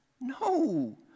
no